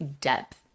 depth